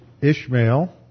Ishmael